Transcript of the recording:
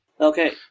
Okay